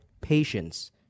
patience